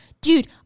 Dude